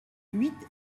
huit